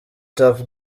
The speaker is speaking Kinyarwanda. tuff